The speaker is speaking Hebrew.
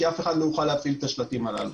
אף אחד לא יוכל להפעיל את השלטים הללו.